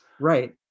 right